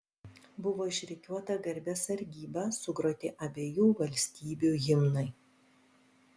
buvo išrikiuota garbės sargyba sugroti abiejų valstybių himnai